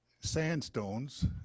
sandstones